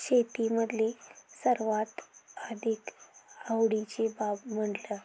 शेतीमधली सर्वात अधिक आवडीची बाब म्हटलं